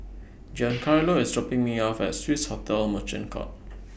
Giancarlo IS dropping Me off At Swiss Hotel Merchant Court